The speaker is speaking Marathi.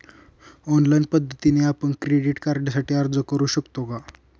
ऑनलाईन पद्धतीने आपण क्रेडिट कार्डसाठी अर्ज करु शकतो का?